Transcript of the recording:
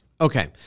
Okay